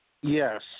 Yes